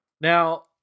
Now